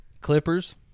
Clippers